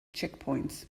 checkpoints